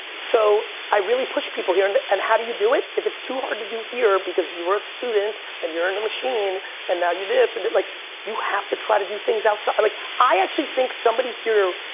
so i really push people here and and how do you do it? if it's too hard to do here because you're a student and you're in a machine and now you're this, and like you have to try to do things outside. i like i actually think somebody here,